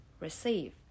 receive